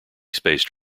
spaced